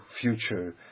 future